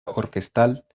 orquestal